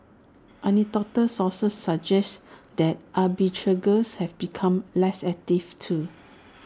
anecdotal sources suggest that arbitrageurs have become less active too